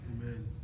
Amen